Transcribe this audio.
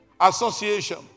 Association